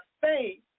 faith